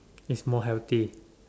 it's more healthy